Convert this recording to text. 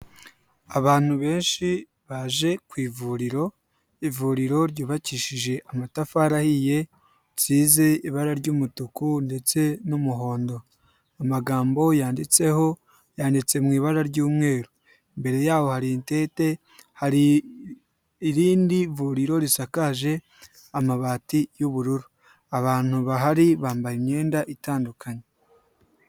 Abantu benshi baje ku ivuriro, ivuriro ryubakishije amatafari ahiye risize ibara ry'umutuku ndetse n'umuhondo, amagambo yanditseho yanditse mu ibara ry'umweru imbere yaho hari itente, hari irindi vuriro risakaje amabati y'ubururu, abantu bahari bambaye imyenda itandukanye.